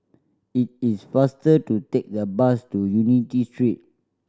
it is faster to take the bus to Unity Street